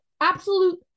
Absolute